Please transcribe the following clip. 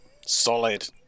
Solid